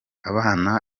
abana